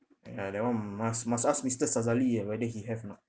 ya that one must must ask mister sazali ah whether he have not